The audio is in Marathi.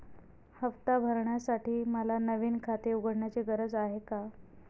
हफ्ता भरण्यासाठी मला नवीन खाते उघडण्याची गरज आहे का?